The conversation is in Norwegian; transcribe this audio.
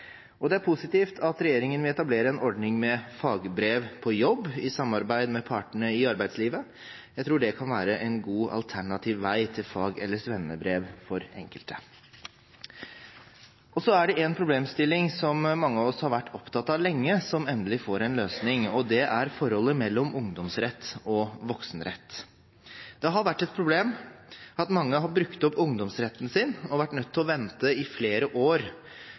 Norge. Det er positivt at regjeringen vil etablere en ordning med fagbrev på jobb i samarbeid med partene i arbeidslivet. Jeg tror det kan være en god alternativ vei til fag- eller svennebrev for enkelte. Så er det én problemstilling som mange av oss har vært opptatt av lenge, som endelig får en løsning, og det er forholdet mellom ungdomsrett og voksenrett. Det har vært et problem at mange har brukt opp ungdomsretten sin og vært nødt til å vente i flere år